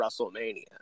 WrestleMania